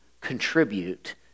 contribute